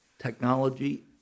technology